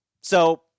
So-